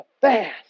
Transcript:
fast